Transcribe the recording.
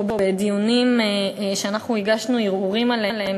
פה בדיונים על חוקים שאנחנו הגשנו ערעורים לגביהם,